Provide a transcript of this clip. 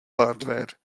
hardware